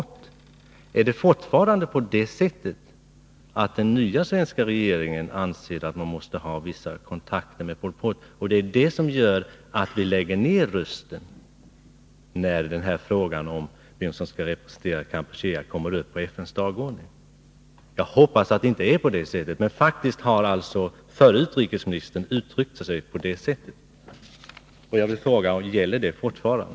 Jag skulle därför vilja fråga utrikesministern: Är det fortfarande på det sättet, att den nya svenska regeringen anser att man måste ha vissa kontakter med Pol Pot och att det är det som gör att vi lägger ned vår röst när frågan om vem som skall representera Kampuchea kommer upp på FN:s dagordning? Jag hoppas att det inte är så. Men förre utrikesministern har faktiskt uttryckt sig på det sättet. Jag vill fråga: Gäller samma sak fortfarande?